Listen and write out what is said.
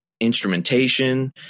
instrumentation